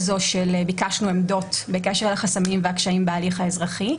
ביקשנו עמדות בקשר לחסמים והקשיים בהליך האזרחי,